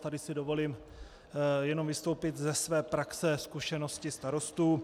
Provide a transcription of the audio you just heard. Tady si dovolím jenom vystoupit ze své praxe zkušenosti starostů.